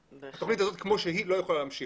התוכנית הזאת כמו שהיא, לא יכולה להמשיך.